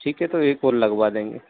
ठीक है तो एक और लगवा देंगे